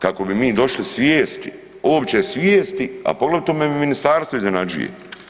Kako bi mi došli svijesti, uopće svijesti a poglavito me ministarstvo iznenađuje.